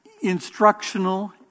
instructional